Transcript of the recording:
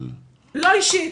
לא אישית.